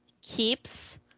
keeps